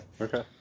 Okay